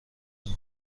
نمی